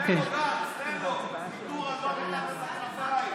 עיטור אדום מתחת לכנפיים: